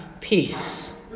peace